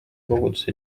koguduse